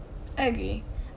I agree